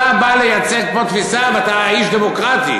אתה בא לייצג פה תפיסה, אתה איש דמוקרטי.